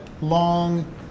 long